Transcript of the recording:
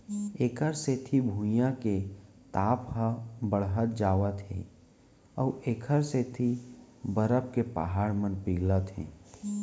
एखर सेती भुइयाँ के ताप ह बड़हत जावत हे अउ एखर सेती बरफ के पहाड़ मन पिघलत हे